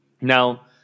Now